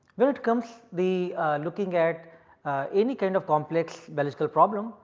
then it comes the looking at any kind of complex biological problem.